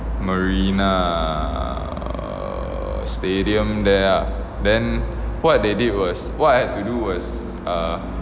marina stadium there ah then what they did was what I had to do was err